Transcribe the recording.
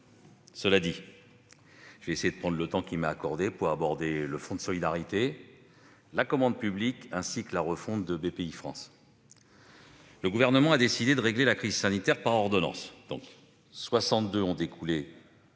Cela dit, je prendrai le temps qui m'est accordé pour aborder le fonds de solidarité, la commande publique ainsi que la refonte de Bpifrance. Le Gouvernement a décidé de régler la crise sanitaire par ordonnances : soixante-deux